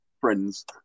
friends